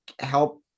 help